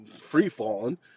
free-falling